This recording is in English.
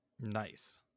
Nice